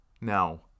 now